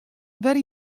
wer